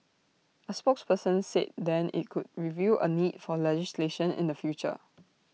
A spokesperson said then IT could review A need for legislation in the future